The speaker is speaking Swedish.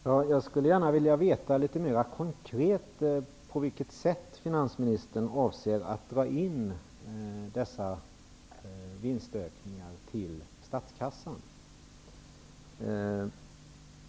Herr talman! Jag skulle gärna vilja veta litet mera konkret på vilket sätt finansministern avser att dra in dessa vinstökningar till statskassan.